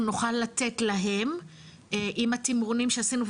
אנחנו נוכל לתת להם עם התמרונים שעשינו,